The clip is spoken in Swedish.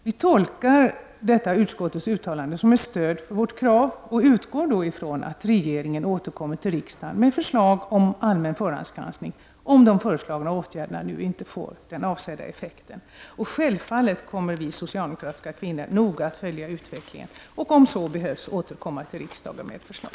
Vi tolkar detta utskottets uttalande som ett stöd för vårt krav och utgår från att regeringen återkommer till riksdagen med förslag om allmän förhandsgranskning, om de nu föreslagna åtgärderna inte får den avsedda effekten. Självfallet kommer vi socialdemokratiska kvinnor att noga följa utvecklingen och om så behövs återkomma till riksdagen med förslag.